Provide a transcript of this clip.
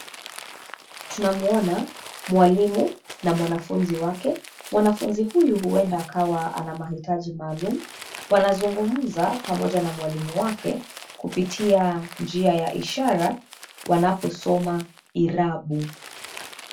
Tunamwona mwalimu na mwanafunzi wake, mwanafunzi huyu huenda akawa ana mahitaji maalum. Wanazungumza pamoja na mwalimu wake kupitia njia ya ishara wanaposoma irabu.